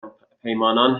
همپیمانان